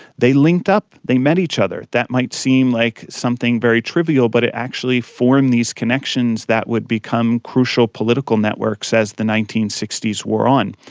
they linked up, they met each other. that might seem like something very trivial but it actually formed these connections that would become crucial political networks as the nineteen sixty s wore on.